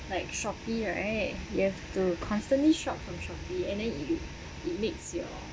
like shopee right you have to constantly shop from shopee and then it it makes your